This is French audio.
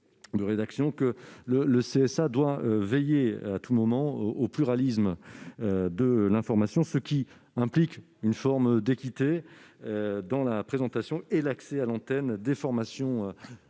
le CSA doit veiller à tout moment au pluralisme de l'information, ce qui implique une forme d'équité dans la présentation et dans l'accès à l'antenne des formations politiques